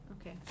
Okay